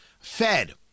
fed